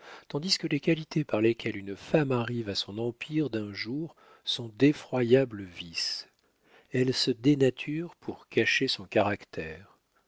tandis que les qualités par lesquelles une femme arrive à son empire d'un jour sont d'effroyables vices elle se dénature pour cacher son caractère